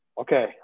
okay